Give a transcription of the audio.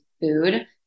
food